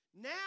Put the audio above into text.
Now